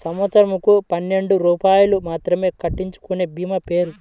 సంవత్సరంకు పన్నెండు రూపాయలు మాత్రమే కట్టించుకొనే భీమా పేరు?